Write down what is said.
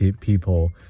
people